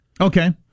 Okay